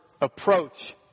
approach